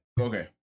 Okay